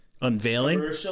unveiling